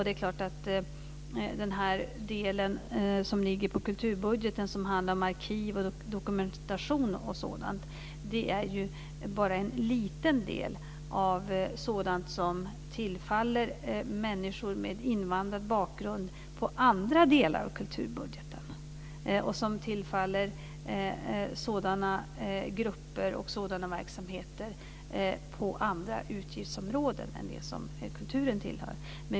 Det är klart att den del som ligger på kulturbudgeten som handlar om arkiv, dokumentation och sådant bara är en liten del av sådant som tillfaller människor med invandrarbakgrund på andra delar av kulturbudgeten och som tillfaller sådana grupper och verksamheter på andra utgiftsområden än det som kulturen tillhör.